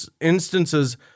instances